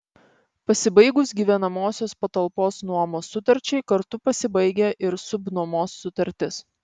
pasibaigus gyvenamosios patalpos nuomos sutarčiai kartu pasibaigia ir subnuomos sutartis